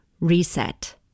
reset